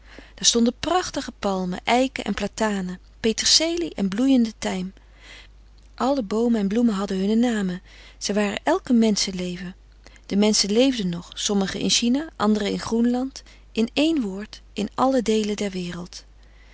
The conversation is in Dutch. daar stonden prachtige palmen eiken en platanen peterselie en bloeiende tijm alle boomen en bloemen hadden hun namen zij waren elk een menschenleven de menschen leefden nog sommigen in china anderen in groenland in één woord in alle deelen der wereld